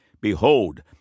Behold